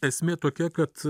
esmė tokia kad